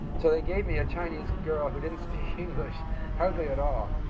so they gave me a chinese girl who didn't speak english hardly at all.